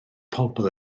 pobl